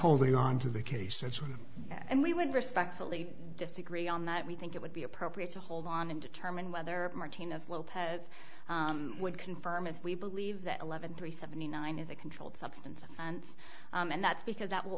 holding on to the case said so and we would respectfully disagree on that we think it would be appropriate to hold on and term and whether martinez lopez would confirm as we believe that eleven three seventy nine is a controlled substance offense and that's because that will